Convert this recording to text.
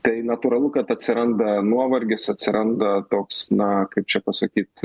tai natūralu kad atsiranda nuovargis atsiranda toks na kaip čia pasakyt